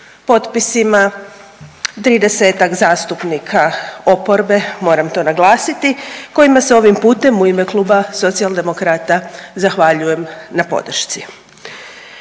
potpisima 30-tak zastupnika oporbe, moram to naglasiti, kojima se ovim putem u ime Kluba Socijaldemokrata zahvaljujem na podršci.